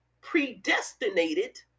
predestinated